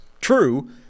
true